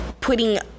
putting